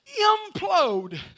implode